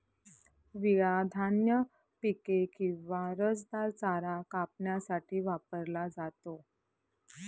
विळा धान्य पिके किंवा रसदार चारा कापण्यासाठी वापरला जातो